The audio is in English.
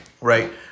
right